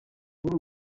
muri